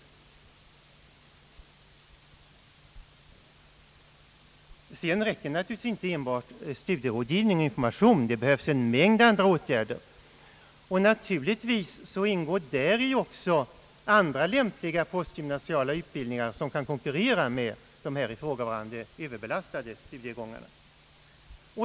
Naturligtvis räcker det inte med studierådgivning och information. Det behövs en mängd andra åtgärder, Säkerligen ingår däri andra lämpliga postgymnasiala utbildningar som kan konkurrera med dessa överbelastade studiegångar.